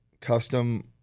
custom